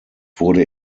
wurde